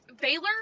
Baylor-